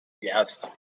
Yes